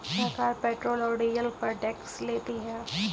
सरकार पेट्रोल और डीजल पर टैक्स लेती है